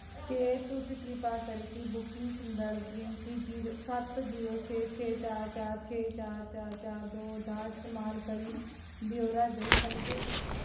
केह् तुस कृपा करके बुकिंग संदर्भ गिनतरी जीरो सत्त जीरो छे छे चार चार छे चार चार चार दो दा इस्तेमाल करी ब्यौरा देई करी सकदे ओ